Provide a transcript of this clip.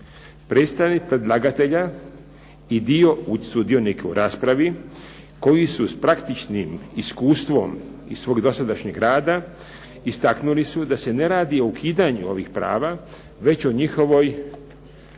Predstavnik predlagatelja i dio sudionika u raspravi koji su s praktičnim iskustvom iz svog dosadašnjeg rada istaknuli su da se ne radi o ukidanju ovih prava već o njihovoj